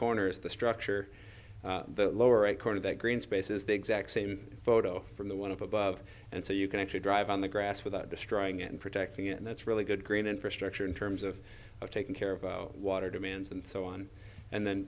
corner is the structure the lower right corner that green space is the exact same photo from the one above and so you can actually drive on the grass without destroying it and protecting it and that's really good green infrastructure in terms of taking care of water demands and so on and then